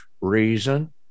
reason